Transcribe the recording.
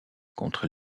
contre